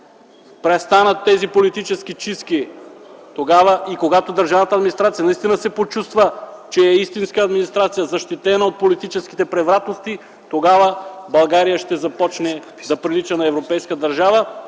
Когато политическите чистки престанат и държавната администрация наистина почувства, че е администрация, защитена от политическите превратности, тогава България ще започне да прилича на европейска държава